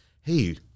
hey